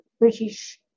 British